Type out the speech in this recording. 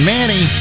Manny